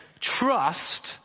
trust